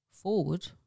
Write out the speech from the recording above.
forward